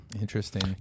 Interesting